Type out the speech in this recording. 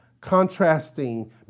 contrasting